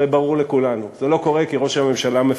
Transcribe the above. הרי ברור לכולנו: זה לא קורה כי ראש הממשלה מפחד.